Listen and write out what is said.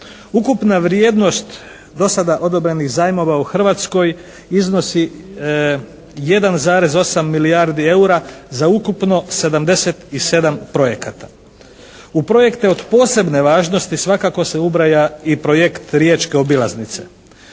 Ukupna vrijednost do sada odobrenih zajmova u Hrvatskoj iznosi 1,8 milijardi eura za ukupno 77 projekata. U projekte od posebne važnosti svakako se ubraja i Projekt Riječke obilaznice.